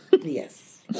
Yes